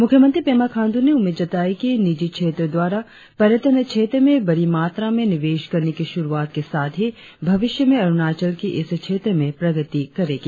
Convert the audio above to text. मुख्यमंत्री पेमा खाण्डू ने उम्मीद जताई की निजी क्षेत्रों द्वारा पर्यटन क्षेत्र में बड़ी मात्रा में निवेश करने की शुरुआत के साथ ही भविष्य में अरुणाचल भी इस क्षेत्र में प्रगति करेगी